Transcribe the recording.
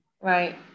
right